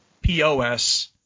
POS